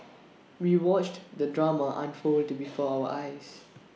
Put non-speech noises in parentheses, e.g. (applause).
(noise) we watched the drama unfold before our eyes